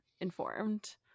informed